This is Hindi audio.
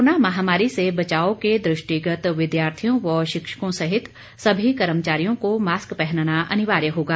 कोरोना महामारी से बचाव के दृष्टिगत विद्यार्थियों व शिक्षकों सहित सभी कर्मचारियों को मास्क पहनना अनिवार्य होगा